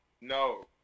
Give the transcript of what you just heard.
No